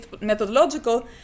methodological